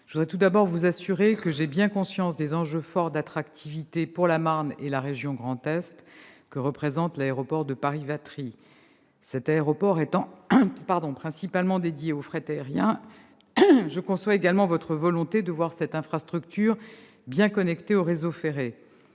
je veux tout d'abord vous assurer que j'ai bien conscience des enjeux forts d'attractivité pour la Marne et pour la région Grand Est que représente l'aéroport de Paris-Vatry. Cet aéroport étant principalement dédié au fret aérien, je conçois également votre volonté de voir cette infrastructure bien connectée aux réseaux ferrés.